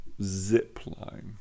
Zipline